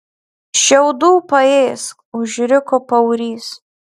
šiaudų paėsk užriko paurys